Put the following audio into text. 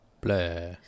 Blah